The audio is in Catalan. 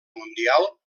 mundial